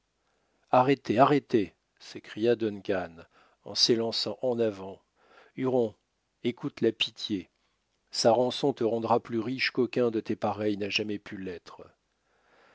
arrêtez arrêtez s'écria duncan en s'élançant en avant huron écoute la pitié sa rançon te rendra plus riche qu'aucun de tes pareils n'a jamais pu l'être